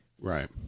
right